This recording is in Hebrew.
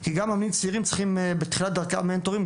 כי גם מאמנים צעירים צריכים בתחילת דרכם מנטורים.